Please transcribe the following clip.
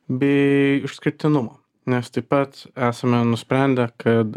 bei išskirtinumo nes taip pat esame nusprendę kad